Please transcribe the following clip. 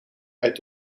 uit